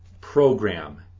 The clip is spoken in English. program